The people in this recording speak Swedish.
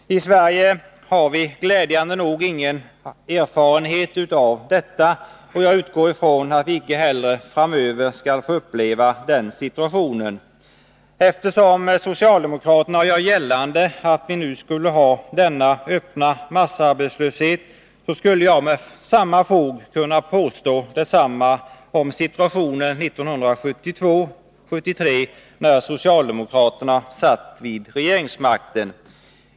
I Sverige har vi glädjande nog ingen aktuell erfarenhet av detta, och jag utgår ifrån att vi icke heller framöver skall behöva uppleva den situationen. Eftersom socialdemokraterna gör gällande att vi nu skall ha denna öppna massarbetslöshet, skulle jag med samma fog kunnat påstå detsamma om situationen 1972-1973 när socialdemokraterna satt vid regeringsmakten.